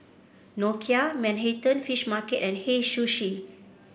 Nokia Manhattan Fish Market and Hei Sushi